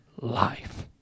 life